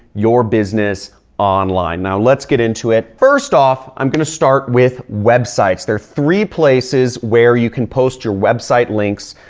your business online. now, let's get into it. first off, i'm going to start with websites. there are three places where you can post your website links.